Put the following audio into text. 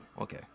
Okay